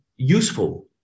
useful